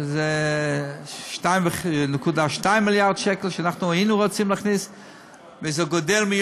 וזה 2.2 מיליארד שקל שאנחנו היינו רוצים להכניס,